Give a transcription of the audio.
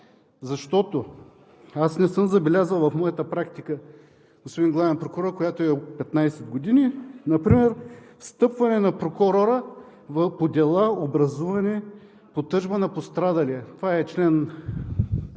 Защото не съм забелязал в моята практика, господин Главен прокурор, която е от 15 години, например встъпване на прокурора по дела, образувани по тъжба на пострадалия – това са чл.